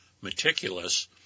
meticulous